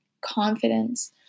confidence